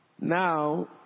Now